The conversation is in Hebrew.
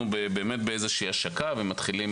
אנחנו באמת באיזושהי השקה ומתחילים.